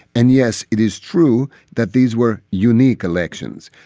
and yes, it is true that these were unique elections.